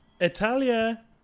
Italia